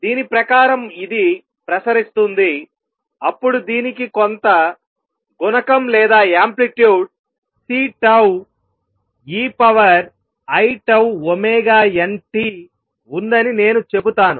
దీని ప్రకారం ఇది ప్రసరిస్తుంది అప్పుడు దీనికి కొంత గుణకం లేదా యాంప్లిట్యూడ్ Ceiτnt ఉందని నేను చెబుతాను